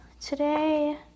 today